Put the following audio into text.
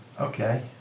Okay